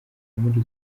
muri